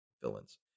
villains